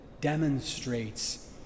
demonstrates